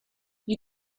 you